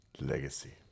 legacy